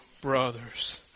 brothers